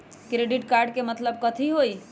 Credit card के मतलब कथी होई?